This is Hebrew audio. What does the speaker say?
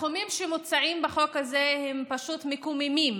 הסכומים שמוצעים בחוק הזה הם פשוט מקוממים,